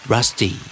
Rusty